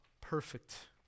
perfect